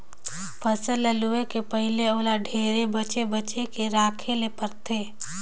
फसल ल लूए के पहिले ओला ढेरे बचे बचे के राखे ले परथे